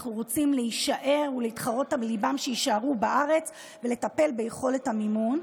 אנחנו רוצים להישאר ולהתחרות על ליבן שיישארו בארץ ולטפל ביכולת המימון.